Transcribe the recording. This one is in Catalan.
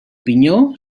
pinyó